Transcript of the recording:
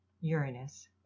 Uranus